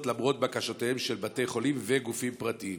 למרות בקשותיהם של בתי חולים וגופים פרטיים?